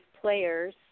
players